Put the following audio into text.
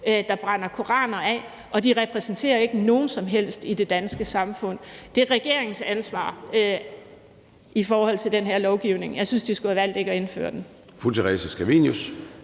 der brænder koraner af, og de repræsenterer ikke nogen som helst i det danske samfund. Det er regeringens ansvar i forhold til den her lovgivning. Jeg synes, de skulle have valgt ikke at indføre den.